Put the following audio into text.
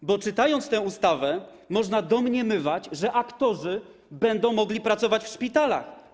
Podczas czytania tej ustawy można domniemywać, że aktorzy będą mogli pracować w szpitalach.